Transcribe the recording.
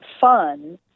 fun